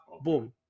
Boom